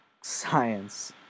science